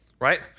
right